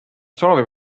soovib